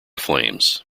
flames